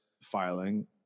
filing